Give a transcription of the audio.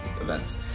events